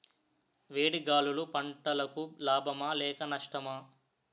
వేడి గాలులు పంటలకు లాభమా లేక నష్టమా?